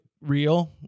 real